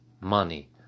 Money